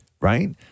Right